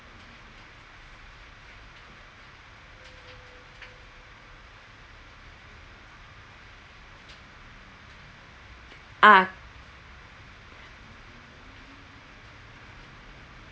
ah